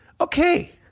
Okay